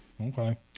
Okay